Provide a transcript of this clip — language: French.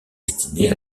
destinées